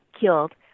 killed